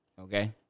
Okay